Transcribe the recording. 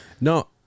no